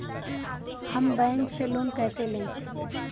हम बैंक से लोन कैसे लें?